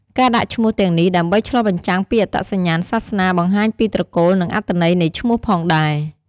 ការដាក់ឈ្មោះទាំងនេះដើម្បីឆ្លុះបញ្ចាំងពីអត្តសញ្ញាណសាសនា បង្ហាញពីត្រកូល និងអត្ថន័យនៃឈ្មោះផងដែរ។